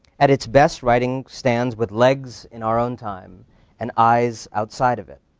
at its best, writing stands with legs in our own time and eyes outside of it.